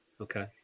Okay